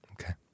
Okay